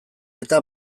eta